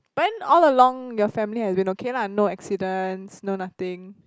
but then all along your family has been okay lah no accidents no nothing